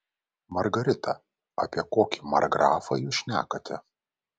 margarita apie kokį markgrafą jūs šnekate